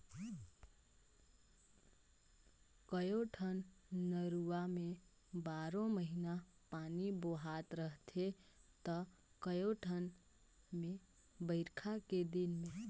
कयोठन नरूवा में बारो महिना पानी बोहात रहथे त कयोठन मे बइरखा के दिन में